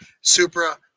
Supra